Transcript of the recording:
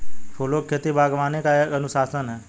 फूलों की खेती, बागवानी का एक अनुशासन है